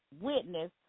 witness